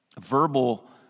verbal